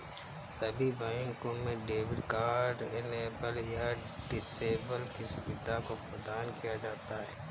सभी बैंकों में डेबिट कार्ड इनेबल या डिसेबल की सुविधा को प्रदान किया जाता है